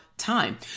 time